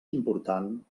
important